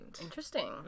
Interesting